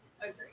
agree